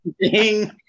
Ding